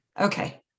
Okay